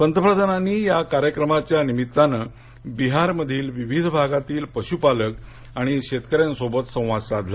पंतप्रधानांनी या कार्यक्रमाच्या निमित्तानं बिहारच्या विविध भागातील पशुपालक आणि शेतकऱ्यांसोबत संवाद साधला